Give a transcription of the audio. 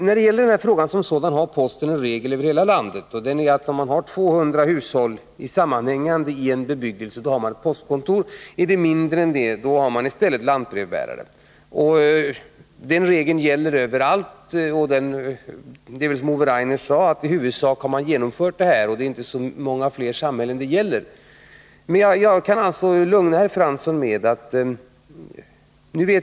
Posten har en regel som gäller över hela landet, innebärande att man har postkontor i en sammanhängande bebyggelse som har 200 hushåll, men är bebyggelsen mindre har man i stället lantbrevbärare. Den regeln gäller överallt, och som Ove Rainer sagt har man väl i huvudsak genomfört det här, och det är inte så många fler samhällen det gäller. Jag kan alltså lugna herr Fransson.